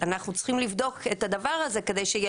אנחנו צריכים לבדוק את הדבר הזה כדי שיהיו